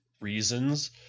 reasons